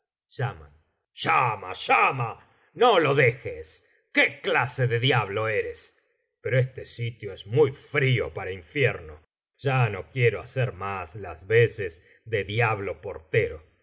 planchas ijaman llama llama no lo dejes qué clase de diablo eres pero este sitio es muy frío para infierno ya no quiero hacer más las veces de